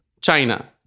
China